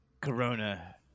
Corona